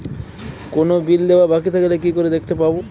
কোনো বিল দেওয়া বাকী থাকলে কি করে দেখতে পাবো?